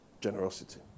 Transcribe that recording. generosity